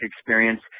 experience